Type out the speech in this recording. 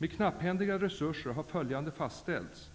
Med knapphändiga resurser har fastställts